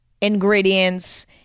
ingredients